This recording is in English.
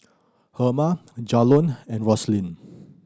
Herma Jalon and Roslyn